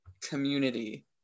community